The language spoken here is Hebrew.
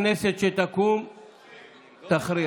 ועדת הכנסת שתקום תכריע.